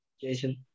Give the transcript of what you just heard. jason